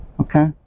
Okay